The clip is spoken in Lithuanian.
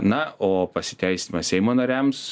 na o pasiteisina seimo nariams